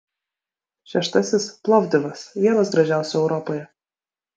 šeštasis plovdivas vienas gražiausių europoje